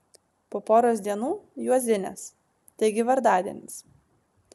po poros dienų juozinės taigi vardadienis